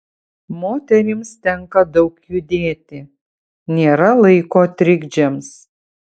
moterims tenka daug judėti nėra laiko trikdžiams